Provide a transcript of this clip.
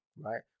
right